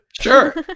Sure